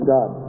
God